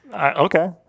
Okay